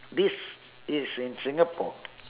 this is in singapore